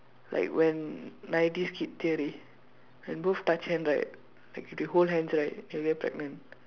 like when nineties kid theory when both touch hand right like if they hold hands right they will get pregnant